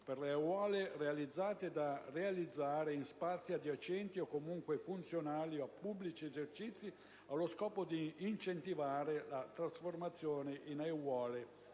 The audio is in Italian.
per le aiuole realizzate o da realizzare in spazi adiacenti o comunque funzionali a pubblici esercizi allo scopo di incentivare la trasformazione in aiuole